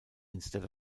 instead